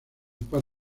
par